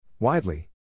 Widely